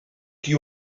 qui